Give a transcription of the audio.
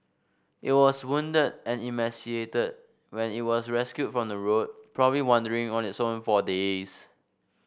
it was wounded and emaciated when it was rescued from the road probably wandering on its own for days